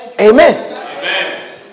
Amen